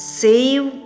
save